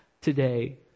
today